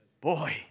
Boy